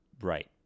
Right